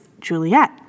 Juliet